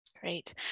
Great